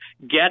get